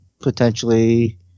Potentially